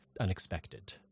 unexpected